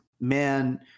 man